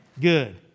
Good